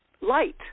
Light